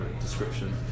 description